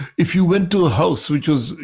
if you went to a house which was,